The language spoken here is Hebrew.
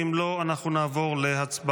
ואם לא, אנחנו נעבור להצבעה.